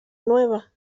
nueva